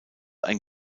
ein